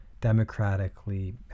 democratically